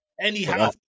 Anyhow